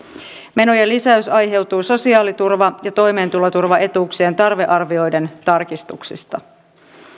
menojen lisäys aiheutui sosiaaliturva ja toimeentuloturvaetuuksien tarvearvioiden tarkistuksista